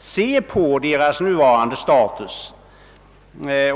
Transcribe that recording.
undersöka deras nuvarande status.